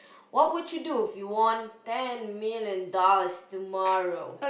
what would you do if you won ten million dollars tomorrow